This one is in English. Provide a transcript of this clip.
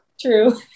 True